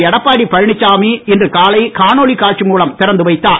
எடப்பாடி இன்று காலை காணொளி காட்சி மூலம் திறந்து வைத்தார்